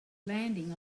landing